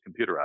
computerized